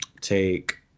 take